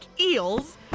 eels